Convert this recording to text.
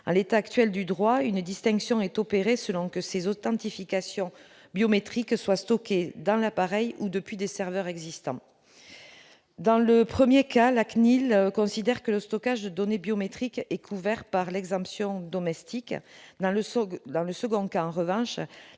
En l'état actuel du droit, une distinction est opérée selon que ces authentifications biométriques sont stockées dans l'appareil ou depuis des serveurs distants. Dans le premier cas, la CNIL considère que le stockage de donnée biométrique est couvert par l'exemption domestique ; dans le second cas, en revanche,